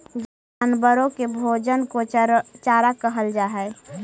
जानवरों के भोजन को चारा कहल जा हई